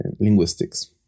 linguistics